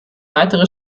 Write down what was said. weitere